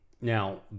now